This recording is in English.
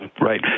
Right